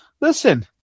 Listen